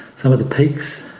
some of the peaks,